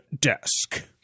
desk